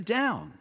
down